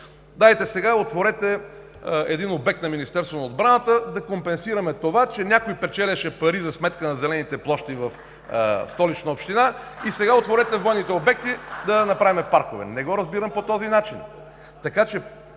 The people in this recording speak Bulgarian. дайте сега, отворете един обект на Министерството на отбраната, да компенсираме това, че някой печелеше пари за сметка на зелените площи в Столична община, и отворете военните обекти да направим паркове. Не го разбирам по този начин.